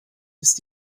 ist